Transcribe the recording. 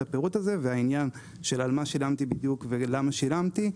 הפירוט הזה והעניין של על מה שילמתי בדיוק ולמה שילמתי,